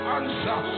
answer